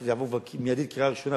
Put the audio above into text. שזה יעבור מייד קריאה ראשונה,